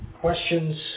questions